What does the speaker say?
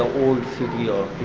old city of